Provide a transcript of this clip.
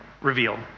reveal